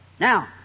Now